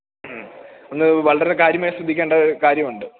മ്മ് ഒന്ന് വളരെ കാര്യമായി ശ്രദ്ധിക്കേണ്ട ഒരു കാര്യമുണ്ട്